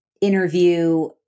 interview